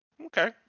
Okay